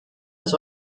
des